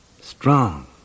Strong